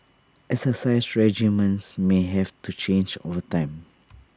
exercise regimens may have to change over time